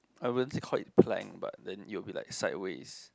I wouldn't call it plank but then it will be like sideways